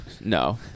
no